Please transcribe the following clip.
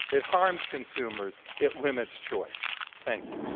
it harms consumers. it limits choice. thank you.